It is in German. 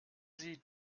sie